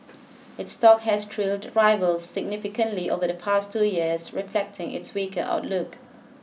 it's stock has trailed rivals significantly over the past two years reflecting its weaker outlook